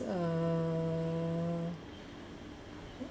uh